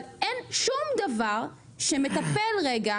אבל אין שום דבר שמטפל רגע